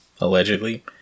allegedly